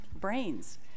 brains